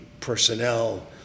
personnel